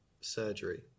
surgery